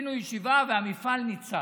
עשינו ישיבה, והמפעל ניצל,